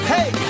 Hey